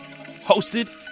hosted